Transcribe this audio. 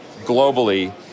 globally